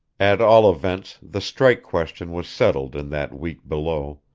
at all events the strike question was settled in that week below,